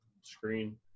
screen